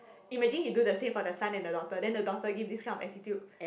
imagine he do the same for the son and the daughter then the daughter give this kind of attitude